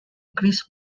chris